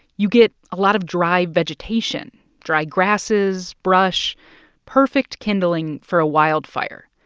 you get a lot of dry vegetation dry grasses, brush perfect kindling for a wildfire.